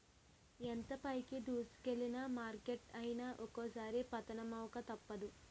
ఎంత పైకి దూసుకెల్లిన మార్కెట్ అయినా ఒక్కోసారి పతనమవక తప్పదు